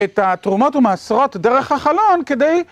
את התרומות ומעשרות דרך החלון כדי...